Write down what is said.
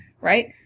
right